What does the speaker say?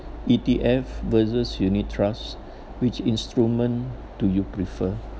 E_T_F versus unit trust which instrument do you prefer